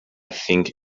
think